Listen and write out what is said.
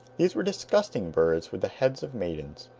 these were disgusting birds with the heads of maidens,